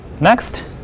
Next